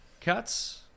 cuts